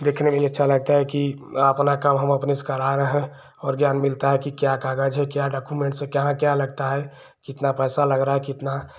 देखने में भी अच्छा लगता है कि अपना काम हम अपने से करा रहे हैं और ज्ञान भी मिलता है कि क्या कागज है क्या डॉक्युमेन्ट्स है क्या कहाँ क्या लगता है कितना पैसा लग रहा है कितना